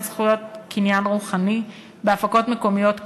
זכויות קניין רוחני בהפקות מקומיות קנויות,